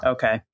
Okay